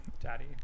daddy